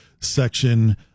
section